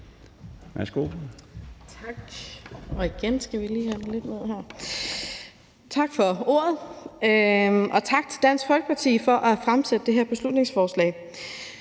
Værsgo.